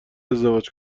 ازدواج